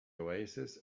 oasis